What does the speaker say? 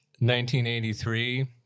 1983